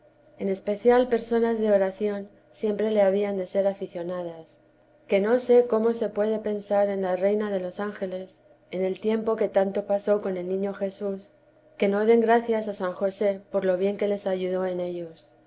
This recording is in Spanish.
en especial personas de oración siempre le habían de ser aficionadas que no sé cómo se puede pensar en lá reina de los angeles en el tiempo que tanto pasó con el niño jesús que no den gracias a san josé por lo bien que les ayudó en ellos